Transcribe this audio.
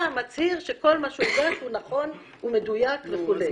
מצהיר שכל מה שהוגש הוא נכון ומדויק וכולי.